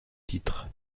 titres